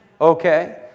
Okay